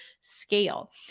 scale